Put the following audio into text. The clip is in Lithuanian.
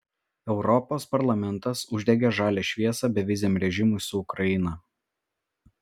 europos parlamentas uždegė žalią šviesą beviziam režimui su ukraina